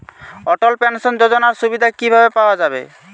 অটল pension যোজনার সুবিধা কি ভাবে পাওয়া যাবে?